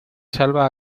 salva